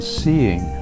seeing